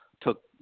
took